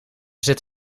zit